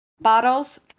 bottles